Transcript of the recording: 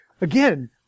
Again